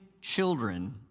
children